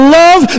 love